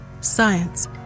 science